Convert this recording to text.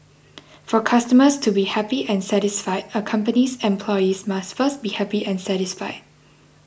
for customers to be happy and satisfied a company's employees must first be happy and satisfied